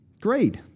Great